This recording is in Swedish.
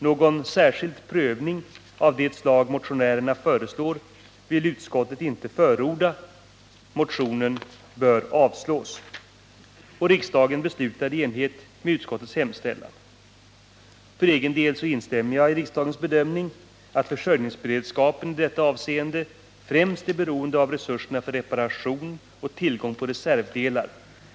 Någon särskild prövning av det slag motionärerna föreslår vill utskottet inte förorda. Motionen 1786 bör avslås.” För egen del instämmer jag i riksdagens bedömning att försörjningsberedskapen i detta avseende främst är beroende av resurserna för reparation och tillgången på reservdelar.